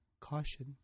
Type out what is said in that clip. caution